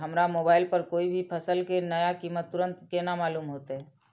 हमरा मोबाइल पर कोई भी फसल के नया कीमत तुरंत केना मालूम होते?